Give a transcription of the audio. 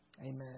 amen